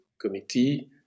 committee